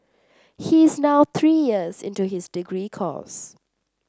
he is now three years into his degree course